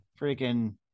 freaking